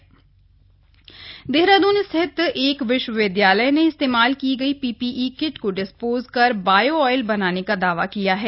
PPE kit disposal Dehradun स्थित एक विश्वविद्यालय ने इस्तेमाल की गई पीपीई किट को डिस्पोज कर बायोऑइल बनाने का दावा किया है